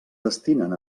destinen